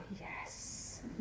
yes